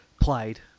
played